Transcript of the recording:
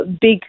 big